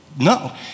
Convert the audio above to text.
No